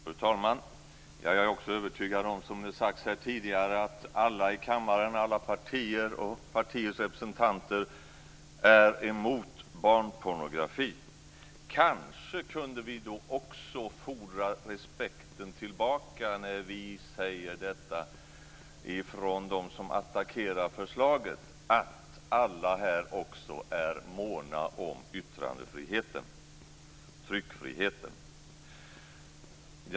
Fru talman! Jag är också övertygad om att alla i kammaren, alla partier och partiers representanter är emot barnpornografi. Kanske kunde vi då också fordra respekten tillbaka ifrån dem som attackerar förslaget när vi säger att alla här också är måna om yttrandefriheten och tryckfriheten.